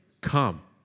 come